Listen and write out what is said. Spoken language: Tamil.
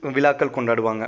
விழாக்கள் கொண்டாடுவாங்க